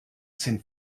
sind